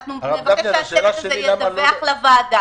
אנחנו נבקש שהצוות הזה ידווח לוועדה,